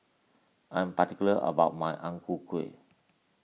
I'm particular about my Ang Ku Kueh